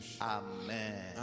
Amen